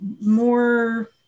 more